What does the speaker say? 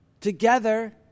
together